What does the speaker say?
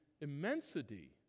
immensity